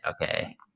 Okay